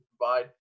provide